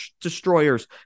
Destroyers